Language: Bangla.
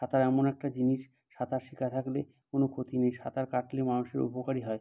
সাঁতার এমন একটা জিনিস সাঁতার শেখা থাকলে কোনো ক্ষতি নেই সাঁতার কাটলে মানুষের উপকারই হয়